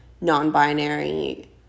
non-binary